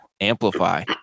Amplify